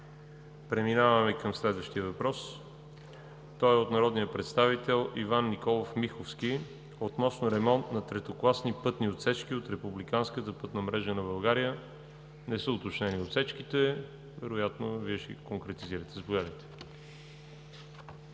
Преминаваме към следващия въпрос. Той е от народния представител Иван Николов Миховски относно ремонт на третокласни пътни отсечки от републиканската пътна мрежа на България. Не са уточнени отсечките. Вероятно Вие ще ги конкретизирате. Заповядайте.